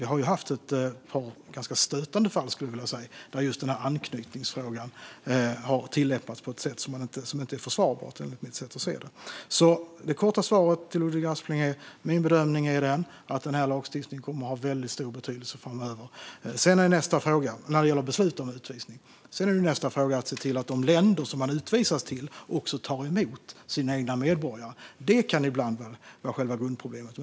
Vi har ju haft ett par ganska stötande fall, skulle jag vilja säga, där just anknytningsfrågan har tillämpats på ett sätt som inte är försvarbart enligt mitt sätt att se det. Det korta svaret till Ludvig Aspling är: Min bedömning är att denna lagstiftning kommer att ha en väldigt stor betydelse framöver när det gäller beslut om utvisning. Sedan handlar det om att se till att de länder som man utvisar till också tar emot sina egna medborgare. Det kan ibland vara själva grundproblemet.